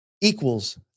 equals